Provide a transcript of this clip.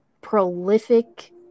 prolific